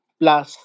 plus